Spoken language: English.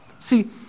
See